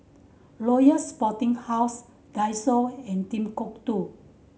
Royal Sporting House Daiso and Timbuk Two